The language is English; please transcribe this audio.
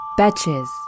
Batches